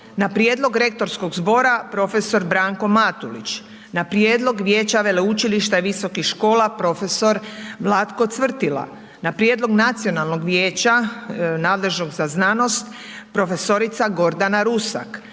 Na prijedlog rektorskog zbora profesor Branko Matulić, na prijedlog Vijeća veleučilišta i visokih škola profesor Vlatko Cvrtila. Na prijedlog Nacionalnog vijeća nadležnog za znanost profesorica Gordana Rusak,